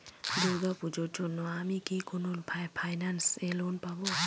দূর্গা পূজোর জন্য আমি কি কোন ফাইন্যান্স এ লোন পাবো?